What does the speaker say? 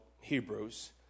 Hebrews